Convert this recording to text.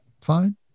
fine